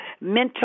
mental